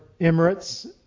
Emirates